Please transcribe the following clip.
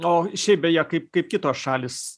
o šiaip beje kaip kaip kitos šalys